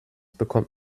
bekommt